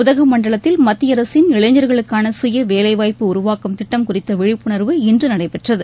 உதகமண்டலத்தில் மத்திய அரசின் இளைஞர்களுக்கான சுய வேலைவாய்ப்பு உருவாக்கும் திட்டம் குறித்த விழிப்புணர்வு இன்று நடைபெற்றது